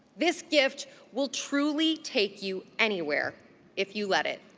this gift will truly take you anywhere if you let it.